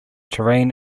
terrain